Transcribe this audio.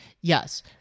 Yes